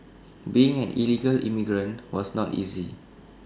being an illegal immigrant was not easy